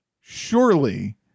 surely